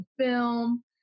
film